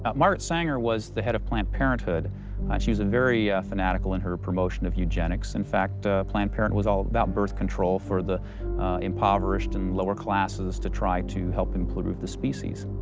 margaret sanger was the head of planned parenthood. she was very yeah fanatical in her promotion of eugenics. in fact, planned parenthood was all about birth control for the impoverished and lower classes to try to help improve the species.